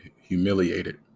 humiliated